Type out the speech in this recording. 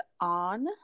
on